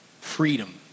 Freedom